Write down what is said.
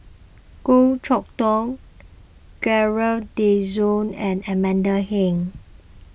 Goh Chok Tong Gerald De Cruz and Amanda Heng